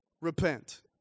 repent